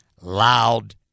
loud